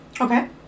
okay